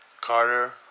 carter